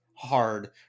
Hard